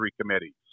committees